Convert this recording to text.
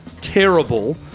terrible